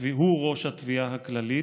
הוא ראש התביעה הכללית.